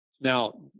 Now